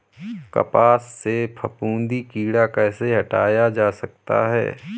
कपास से फफूंदी कीड़ा कैसे हटाया जा सकता है?